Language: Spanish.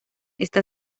está